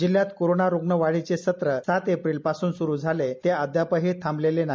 जिल्ह्यात कोरोना रुग्ण वाढीचे सत्र सात एप्रिल पासून सुरू झाले ते अद्यापही थांबलेले नाही